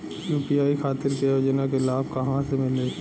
UP खातिर के योजना के लाभ कहवा से मिली?